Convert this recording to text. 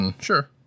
sure